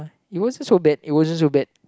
it wasn't so bad it wasn't so bad